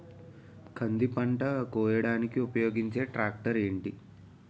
కంది పంట కోయడానికి ఉపయోగించే ట్రాక్టర్ ఏంటి?